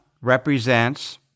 represents